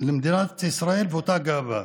למדינת ישראל ואת אותה גאווה.